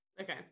Okay